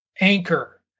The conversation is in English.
anchor